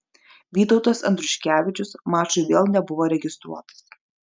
vytautas andriuškevičius mačui vėl nebuvo registruotas